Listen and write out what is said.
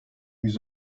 yüz